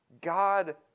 God